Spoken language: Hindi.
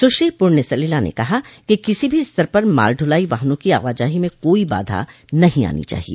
सुश्री पुण्य सलिला ने कहा कि किसी भी स्तर पर माल ढुलाई वाहनों की आवाजाही में कोई बाधा नहीं आनी चाहिए